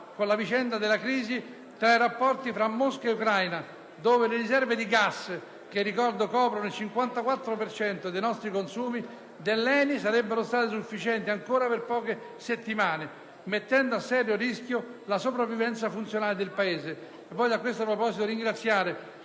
con la vicenda della crisi tra i rapporti tra Mosca e Ucraina, dove le riserve di gas dell'ENI, che - ricordo - coprono il 54 per cento dei nostri consumi, sarebbero state sufficienti ancora per poche settimane, mettendo a serio rischio la sopravvivenza funzionale del Paese. A tal proposito, desidero ringraziare